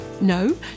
No